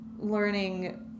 learning